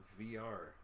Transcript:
VR